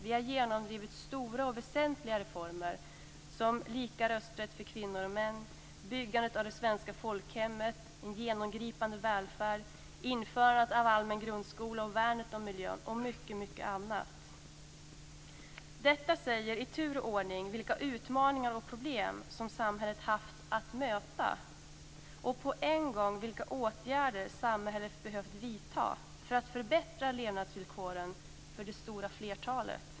Vi har genomdrivit stora och väsentliga reformer, såsom lika rösträtt för kvinnor och män, byggandet av det svenska folkhemmet, en genomgripande välfärd, införandet av allmän grundskola, värnet om miljön och mycket annat. Detta säger i tur och ordning vilka utmaningar och problem som samhället haft att möta och på en gång vilka åtgärder som samhället behövt vidta för att förbättra levnadsvillkoren för det stora flertalet.